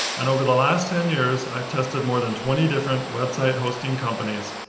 and over the last ten years, i've tested more than twenty different website hosting companies,